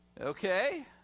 Okay